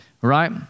right